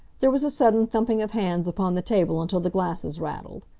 there was a sudden thumping of hands upon the table until the glasses rattled.